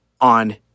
on